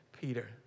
Peter